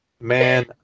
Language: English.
Man